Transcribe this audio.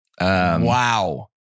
Wow